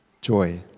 joy